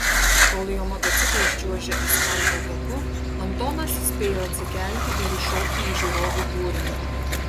kol jo motociklas čiuožė asfalto taku antonas spėjo atsikelti ir įšokti į žiūrovų būrį